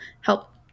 help